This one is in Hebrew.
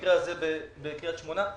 במקרה הזה בקריית שמונה,